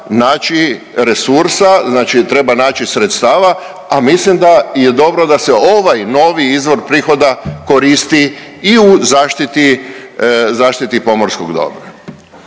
naći resursa, znači treba naći sredstava, a mislim da je dobro da se ovaj novi izvor prihoda koristi i u zaštiti pomorskog dobra.